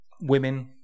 women